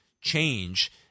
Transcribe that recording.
change